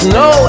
no